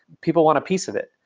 people want a piece of it.